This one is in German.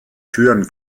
türen